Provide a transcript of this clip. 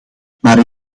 maar